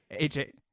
AJ